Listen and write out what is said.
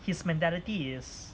his mentality is